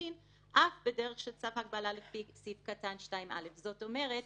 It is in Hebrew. גירושין אף בדרך של צו הגבלה לפי סעיף קטן 2א. זאת אומרת,